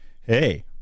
hey